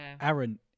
Aaron